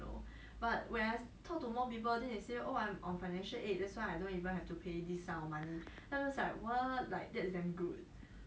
ya like some of them they look like they're spending very normally like actually 还是蛮有钱花的 but 他们还是可以 get the financial aid